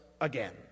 again